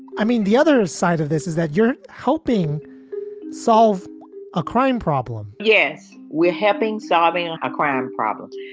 i mean, the other side of this is that you're helping solve a crime problem yes, we're helping solving ah a crime problem.